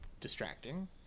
distracting